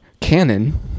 canon